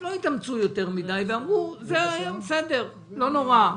לא התאמצו יותר מדי ואמרו: זה בסדר, לא נורא.